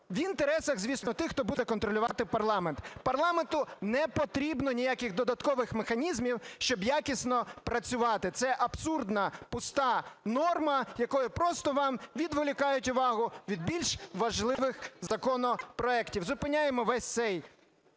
в інтересах, звісно, тих, хто буде контролювати парламент. Парламенту не потрібно ніяких додаткових механізмів, щоб якісно працювати. Це абсурдна, пуста норма, якою просто вам відволікають увагу від більш важливих законопроектів. Зупиняємо весь цей